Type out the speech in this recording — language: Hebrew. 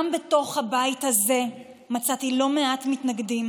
גם בתוך הבית הזה מצאתי לא מעט מתנגדים